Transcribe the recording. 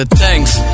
Thanks